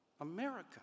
America